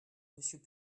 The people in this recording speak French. monsieur